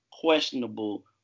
questionable